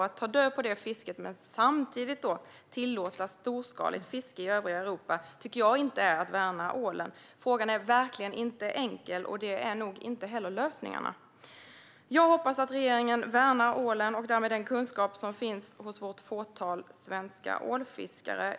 Att ta död på det fisket och samtidigt tillåta storskaligt fiske i övriga Europa tycker jag inte är att värna ålen. Frågan är verkligen inte enkel, och lösningarna är nog inte heller enkla. Jag hoppas att regeringen värnar ålen och därmed den kunskap som finns hos våra få svenska ålfiskare.